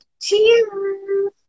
cheers